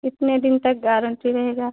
कितने दिन तक गारंटी रहेगी